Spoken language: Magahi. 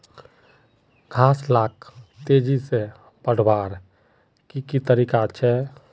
घास लाक तेजी से बढ़वार की की तरीका छे?